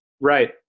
Right